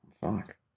Fuck